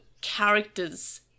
characters